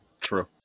True